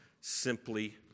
simply